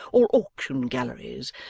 or auction galleries.